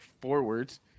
forwards